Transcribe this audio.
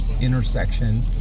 intersection